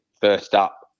first-up